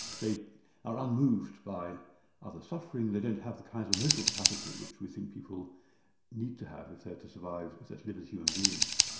they are unmoved by other's suffering, they don't have the kinds of emotional capacity which we think people need to have if they're to survive and live as human beings.